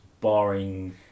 barring